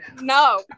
no